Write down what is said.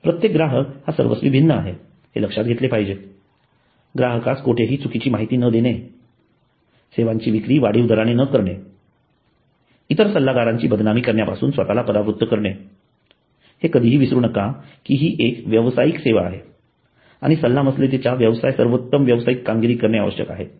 प्रत्येक ग्राहक हा सर्वस्वी भिन्न आहे हे लक्षात घेणे ग्राहकास कोठेही चुकीची माहिती न देणे सेवांची विक्री वाढीव दराने न करणे इतर सल्लागारांची बदनामी करण्यापासून परावृत्त राहणे हे कधीही विसरू नका कि ही एक व्यावसायिक सेवा आहे आणि सल्लामसलतीचा व्यवसायात सर्वोत्तम व्यावसायिक कामगिरी करणे आवश्यक आहे